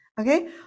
okay